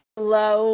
Hello